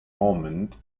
moment